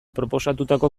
proposatutako